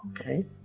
okay